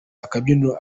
akabyiniro